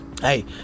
hey